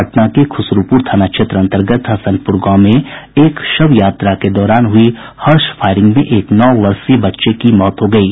पटना के खुसरूपुर थाना क्षेत्र अंतर्गत हसनपुर गांव में एक शव यात्रा के दौरान हुई हर्ष फायरिंग में एक नौ वर्षीय बच्चे की मौत हो गयी